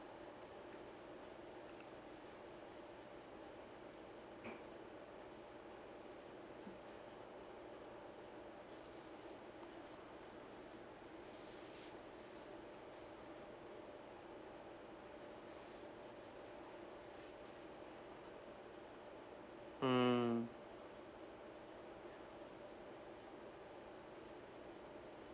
mm